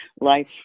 life